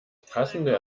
passende